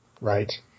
Right